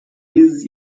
dieses